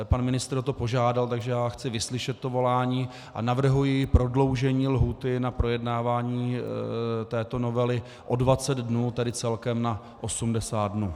Pan ministr o to požádal, takže já chci vyslyšet to volání a navrhuji prodloužení lhůty na projednávání této novely o 20 dnů, tedy celkem na 80 dnů.